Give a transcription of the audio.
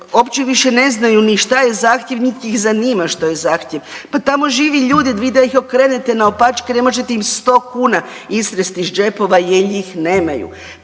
uopće više ne znaju ni šta je zahtjev niti ih zanima što je zahtjev. Pa tamo žive ljudi, vi da ih okrenete naopačke, ne možete im 100 kuna istresti iz džepova jer ih nemaju.